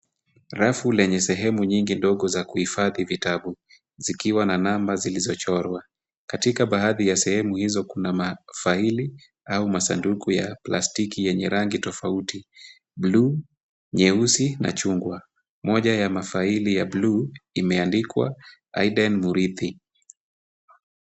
Rafu lenye sehemu nyingi ndogo za kuhifadhi vitabu zikiwa na namba zilizochorwa. Katika baadhi ya sehemu hizo kuna mafaili au masanduku ya plastiki yenye rangi tofauti, bluu, nyeusi na chungwa. Moja ya mafaili ya bluu imeandikwa Aiden Murithi.